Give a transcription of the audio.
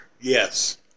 Yes